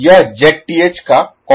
यह Zth का complex conjugate है